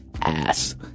ass